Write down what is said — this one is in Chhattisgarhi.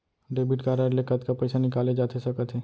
डेबिट कारड ले कतका पइसा निकाले जाथे सकत हे?